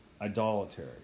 idolatry